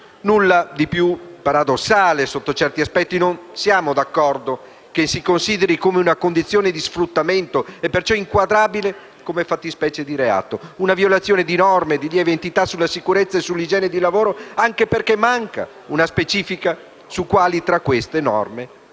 Nulla di più paradossale. Sotto certi aspetti non siamo d'accordo che si consideri come condizione di sfruttamento, e perciò inquadrabile come fattispecie di reato, una violazione di norme di lieve entità sulla sicurezza e sull'igiene sui luoghi di lavoro anche perché manca una specifica su quali tra queste norme